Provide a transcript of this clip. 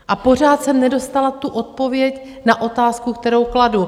A pořád jsem nedostala tu odpověď na otázku, kterou kladu.